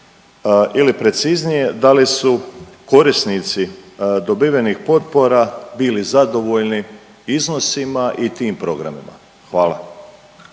ili preciznije da li su korisnici dobivenih potpora bili zadovoljni iznosima i tim programima? Hvala.